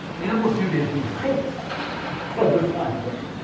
amplitude is the height of the sine wave,